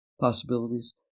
possibilities